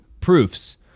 proofs